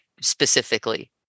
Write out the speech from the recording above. specifically